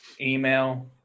Email